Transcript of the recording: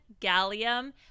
Gallium